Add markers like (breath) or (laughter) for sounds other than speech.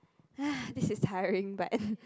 (breath) this is tiring but